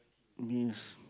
means